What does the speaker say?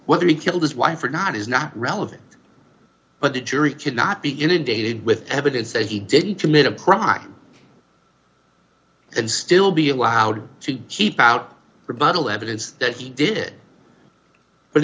whether he killed his wife or not is not relevant but the jury could not be inundated with evidence that he didn't commit a crime and still be allowed to keep out rebuttal evidence that he did